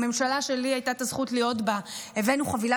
בממשלה שלי הייתה הזכות להיות בה הבאנו חבילה